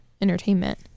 entertainment